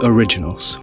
Originals